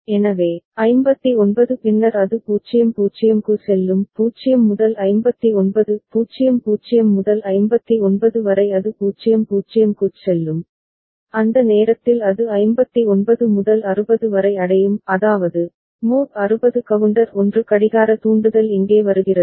எனவே 59 பின்னர் அது 0 0 க்கு செல்லும் 0 முதல் 59 00 முதல் 59 வரை அது 00 க்குச் செல்லும் அந்த நேரத்தில் அது 59 முதல் 60 வரை அடையும் அதாவது மோட் 60 கவுண்டர் 1 கடிகார தூண்டுதல் இங்கே வருகிறது